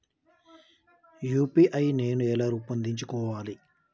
UPI నేను ఎలా రూపొందించుకోవాలి?